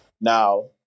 Now